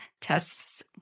tests